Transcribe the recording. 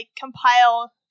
compile